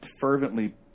fervently